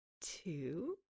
two